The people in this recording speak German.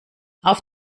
auf